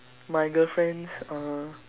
my girlfriend's uh